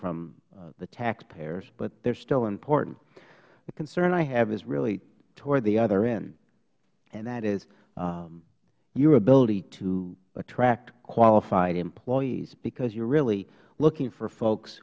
from the taxpayers but they're still important the concern i have is really toward the other end and that is your ability to attract qualified employees because you are really looking for folks